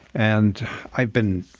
and i've been